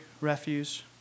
refuse